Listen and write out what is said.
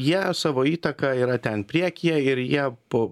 jie savo įtaka yra ten priekyje ir jie po